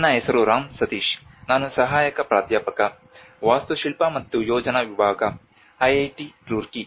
ನನ್ನ ಹೆಸರು ರಾಮ್ ಸತೀಶ್ ನಾನು ಸಹಾಯಕ ಪ್ರಾಧ್ಯಾಪಕ ವಾಸ್ತುಶಿಲ್ಪ ಮತ್ತು ಯೋಜನೆ ವಿಭಾಗ IIT ರೂರ್ಕಿ